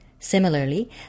Similarly